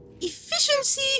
efficiency